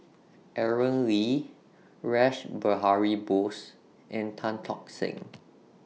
Aaron Lee Rash Behari Bose and Tan Tock Seng